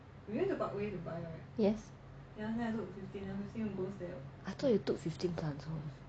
yes I thought you took fifteen plants home